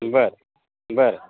बरं बरं